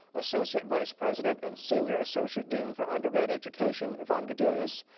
associate vice president and senior associate dean for undergrad education, yvonne gaudelius,